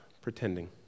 pretending